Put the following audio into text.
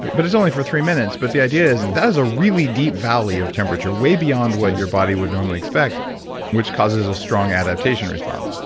but it's only for three minutes but the idea is and that is a really deep valley of temperature, way beyond what your body would normally expect which causes a strong adaptation response.